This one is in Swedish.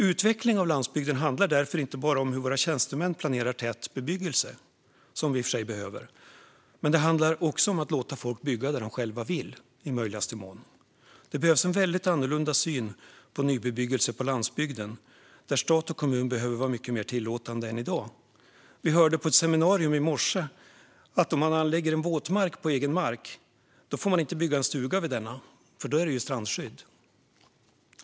Utveckling av landsbygden handlar därför inte bara om hur våra tjänstemän planerar tät bebyggelse, som vi i och för sig behöver. Det handlar också om att i möjligaste mån låta folk bygga där de själva vill. Det behövs en mycket annorlunda syn på nybebyggelse på landsbygden, där stat och kommun behöver vara mycket mer tillåtande än i dag. Vi hörde på ett seminarium i morse att om man anlägger en våtmark på egen mark får man inte bygga en stuga vid denna på grund av strandskyddet.